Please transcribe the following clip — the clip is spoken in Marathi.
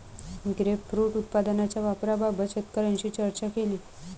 ग्रेपफ्रुट उत्पादनाच्या वापराबाबत शेतकऱ्यांशी चर्चा केली